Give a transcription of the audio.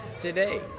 today